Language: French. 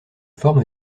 forme